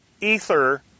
Ether